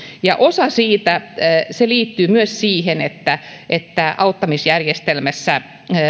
osa siitä liittyy myös siihen että että auttamisjärjestelmässä